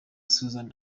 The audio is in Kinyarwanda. susan